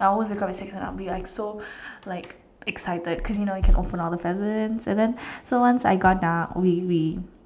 I always wake up at six and I will be like so like excited cause you know can open all the presents and then so once I got up we